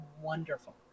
wonderful